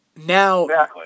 Now